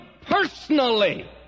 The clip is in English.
personally